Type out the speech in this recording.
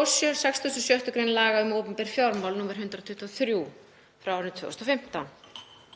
og 66. gr. laga um opinber fjármál, nr. 123/2015.